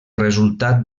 resultat